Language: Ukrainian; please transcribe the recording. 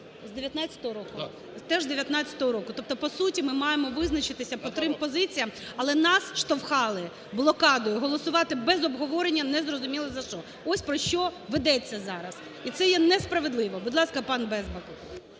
з 2019 року? Теж з 2019 року. Тобто, по суті, ми маємо визначитися по трьом позиціям. Але нас штовхали, блокадою, голосувати без обговорення, незрозуміло за що. Ось, про що ведеться зараз, і це є несправедливо. Будь ласка, пан Безбах.